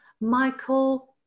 Michael